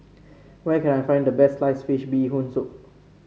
where can I find the best slice fish Bee Hoon Soup